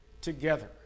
together